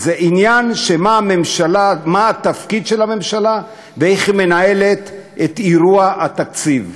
זה עניין של מה התפקיד של הממשלה ואיך היא מנהלת את אירוע התקציב,